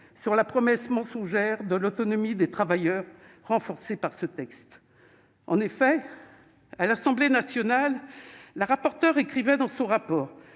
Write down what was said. sur la promesse mensongère de l'autonomie des travailleurs, renforcée par ce texte. En effet, à l'Assemblée nationale, la rapporteure a précisé dans son rapport